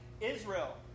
Israel